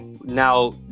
now